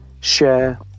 share